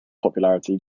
popularity